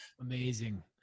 Amazing